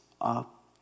up